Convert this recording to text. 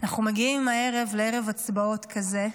אנחנו מגיעים הערב לערב הצבעות כזה,